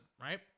right